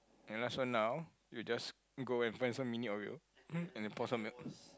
and last one now you just go and find some mini oreo and then pour some milk